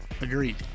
Agreed